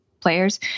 players